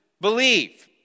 believe